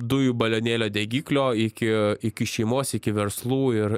dujų balionėlio degiklio iki iki šeimos iki verslų ir